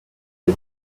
was